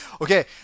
Okay